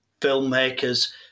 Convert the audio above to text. filmmakers